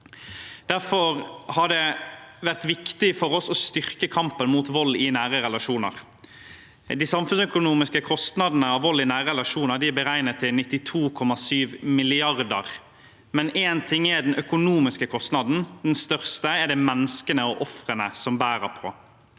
Derfor har det vært viktig for oss å styrke kampen mot vold i nære relasjoner. De samfunnsøkonomiske kostnadene av vold i nære relasjoner er beregnet til 92,7 mrd. kr, men én ting er den økonomiske kostnaden – den største kostnaden er det menneskene og ofrene som bærer.